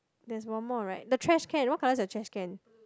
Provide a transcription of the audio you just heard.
there's one more right the trash can what colour is your trash can